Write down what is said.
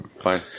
Fine